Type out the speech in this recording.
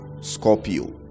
Scorpio